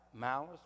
malice